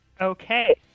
Okay